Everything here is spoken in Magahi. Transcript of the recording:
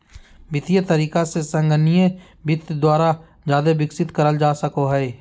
वित्तीय तरीका से संगणकीय वित्त द्वारा जादे विकसित करल जा सको हय